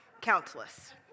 countless